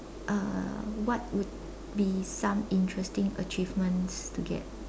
uh what would be some interesting achievements to get